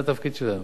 זה התפקיד שלהם,